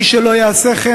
מי שלא יעשה כן,